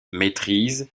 maîtrise